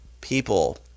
people